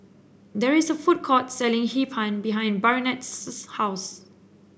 there is a food court selling Hee Pan behind Barnett's house